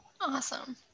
Awesome